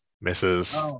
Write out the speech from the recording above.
misses